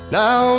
now